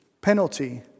penalty